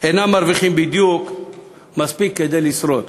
אינם מרוויחים, בדיוק מספיק כדי לשרוד.